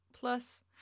plus